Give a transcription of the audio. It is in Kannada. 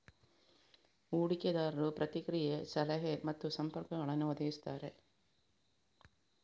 ಹೂಡಿಕೆದಾರರು ಪ್ರತಿಕ್ರಿಯೆ, ಸಲಹೆ ಮತ್ತು ಸಂಪರ್ಕಗಳನ್ನು ಒದಗಿಸುತ್ತಾರೆ